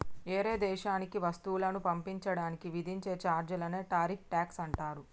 ఏరే దేశానికి వస్తువులను పంపించడానికి విధించే చార్జీలనే టారిఫ్ ట్యాక్స్ అంటారు